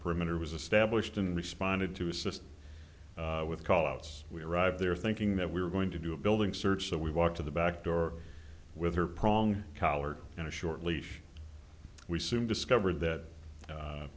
perimeter was a stablished and responded to assist with call outs we arrived there thinking that we were going to do a building search so we walked to the back door with her prong collar and a short leash we soon discovered that